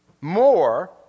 more